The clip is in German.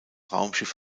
raumschiff